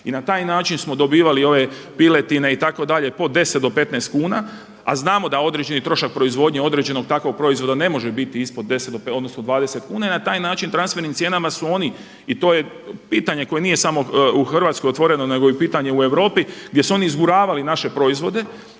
I na taj način smo dobivali ove piletine itd. po 10 do 15 kuna, a znamo da određeni trošak proizvodnje određenog takvog proizvoda ne može biti ispod 10, odnosno 20 kuna. I na taj način transfernim cijenama su oni i to je pitanje koje nije samo u Hrvatskoj otvoreno, nego i pitanje u Europi gdje su oni izguravali naše proizvode,